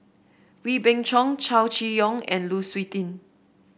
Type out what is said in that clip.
Wee Beng Chong Chow Chee Yong and Lu Suitin